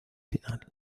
final